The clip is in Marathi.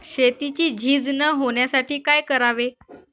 शेतीची झीज न होण्यासाठी काय करावे?